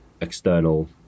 external